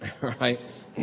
Right